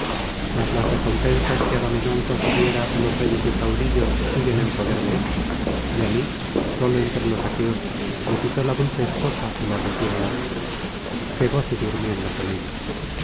mas las recompensas que agamenón concediera á los reyes y caudillos siguen en poder de éstos y á mí solo entre los aqueos me quitó la dulce esposa y la retiene aún que goce durmiendo con ella